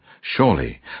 surely